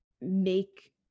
make